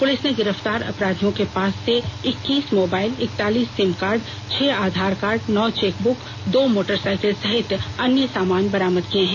police ने गिरफ्तार अपराधियों के पास से इक्कीस मोबाइल इक्तालीस सिम कार्ड छह आधार कार्ड नौ चेकबुक दो मोटरसाइकिल सहित अन्य सामान बरामद किये हैं